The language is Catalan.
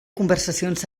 conversacions